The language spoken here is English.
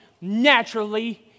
naturally